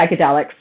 psychedelics